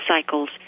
cycles